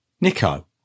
Nico